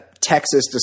Texas